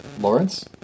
Lawrence